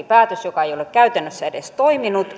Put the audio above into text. päätös joka ei ole käytännössä edes toiminut